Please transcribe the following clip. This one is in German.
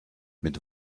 mit